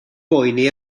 boeni